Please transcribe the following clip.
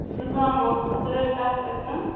زُکام اوسُم تۭرٕ تَپھ ٲسِم